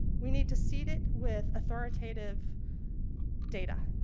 we need to seed it with authoritative data.